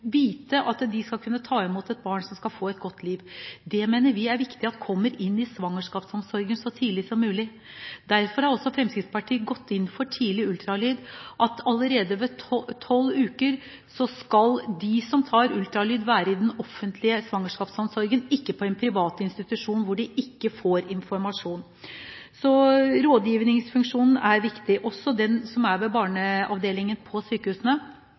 ta imot et barn som skal få et godt liv. Vi mener det er viktig at dette kommer inn i svangerskapsomsorgen så tidlig som mulig. Derfor har også Fremskrittspartiet gått inn for tidlig ultralyd. Allerede ved tolv uker skal de som tar ultralyd, være i den offentlige svangerskapsomsorgen – ikke på en privat institusjon hvor de ikke får informasjon. Så rådgivningsfunksjonen er viktig, også den ved barneavdelingen på sykehusene.